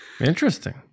Interesting